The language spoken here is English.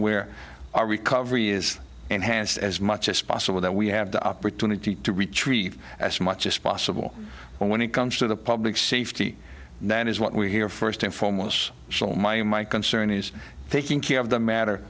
where our recovery is enhanced as much as possible that we have the opportunity to retreat as much as possible and when it comes to the public safety that is what we hear first and foremost so my and my concern is taking care of the matter